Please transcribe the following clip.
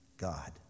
God